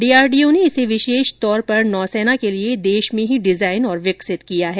DRDO ने इसे विशेष तौर पर नौसेना के लिए देश में ही डिजाइन और विकसित किया गया है